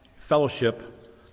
fellowship